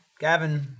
Gavin